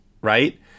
right